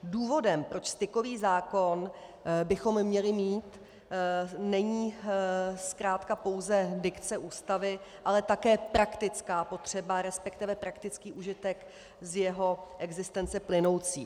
Důvodem, proč bychom stykový zákon měli mít, není zkrátka pouze dikce Ústavy, ale také praktická potřeba, resp. praktický užitek z jeho existence plynoucí.